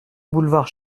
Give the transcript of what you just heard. boulevard